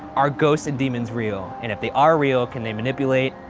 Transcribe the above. are ghosts and demons real, and if they are real, can they manipulate,